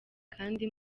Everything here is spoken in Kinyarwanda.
kandi